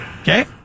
Okay